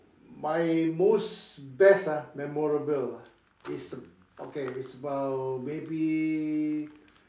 my most best ah memorable ah is okay it's uh maybe